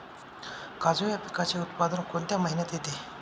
काजू या पिकाचे उत्पादन कोणत्या महिन्यात येते?